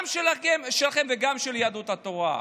גם שלכם וגם של יהדות התורה.